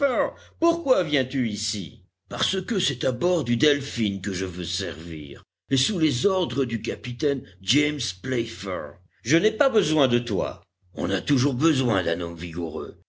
pourquoi viens-tu ici parce que c'est à bord du delphin que je veux servir et sous les ordres du capitaine james playfair je n'ai pas besoin de toi on a toujours besoin d'un homme vigoureux